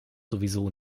sowieso